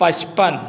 पचपन